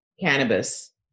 cannabis